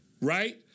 right